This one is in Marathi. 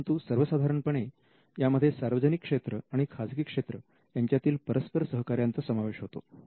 परंतु सर्वसाधारणपणे यामध्ये सार्वजनिक क्षेत्र आणि खाजगी क्षेत्र यांच्यातील परस्पर सहकार्याचा समावेश होतो